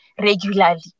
regularly